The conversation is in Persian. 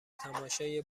تماشای